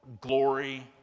glory